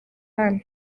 hano